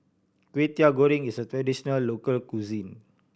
Kwetiau Goreng is a traditional local cuisine